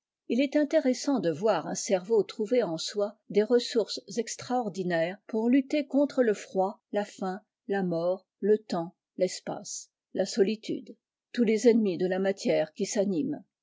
il est intéressant de voir un cerveau trouver en soi des ressources extrordinaires pour lutter contre le iroid la taim la mort le temps l'espace la solitude tous les ennemis de la matière qui s'anime